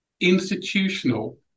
institutional